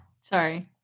Sorry